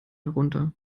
herunter